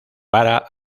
para